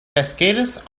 cascades